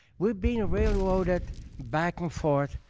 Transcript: we're being railroaded back and forth.